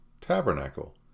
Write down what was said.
tabernacle